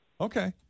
Okay